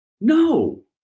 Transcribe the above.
No